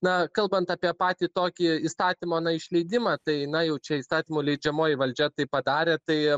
na kalbant apie patį tokį įstatymo išleidimą tai na jau čia įstatymo leidžiamoji valdžia tai padarė tai